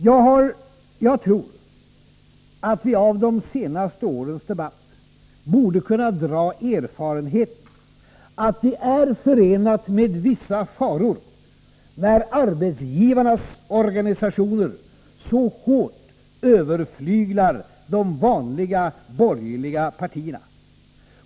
Jag tror att vi av de senaste årens debatt har gjort erfarenheten att det är förenat med vissa faror när arbetsgivarnas organisationer så hårt överflyglar de vanliga borgerliga partierna.